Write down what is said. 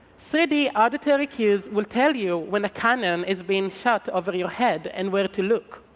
so d auditory cues will tell you when a canon is being shot over your head and where to look.